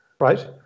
right